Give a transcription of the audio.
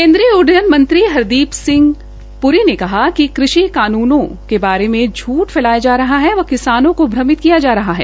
केन्द्रीय उड़डयन मंत्री हरदीप सिह पूरी ने कहा है कि कृषि कानूनों बारे झूठ फैलाया जा रहा है व किसानों को भ्रमित किया जा रहा है